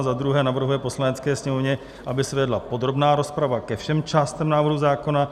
2. navrhuje Poslanecké sněmovně, aby se vedla podrobná rozprava ke všem částem návrhu zákona;